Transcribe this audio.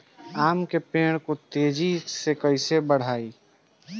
आम के पेड़ को तेजी से कईसे बढ़ाई?